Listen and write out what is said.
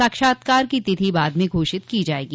साक्षात्कार की तिथि बाद में घोषित की जायेगी